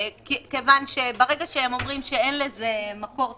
כיוון שברגע שהם אומרים שאין לזה מקור תקציבי,